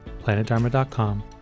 planetdharma.com